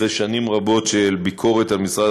אחרי שנים רבות של ביקורת על משרד